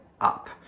up